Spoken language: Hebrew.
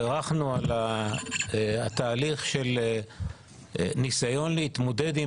בירכנו על התהליך של ניסיון להתמודד עם